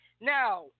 Now